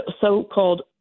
so-called